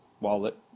wallet